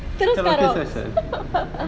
terus nak rock